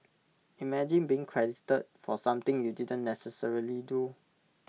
imagine being credited for something you didn't necessarily do